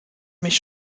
mich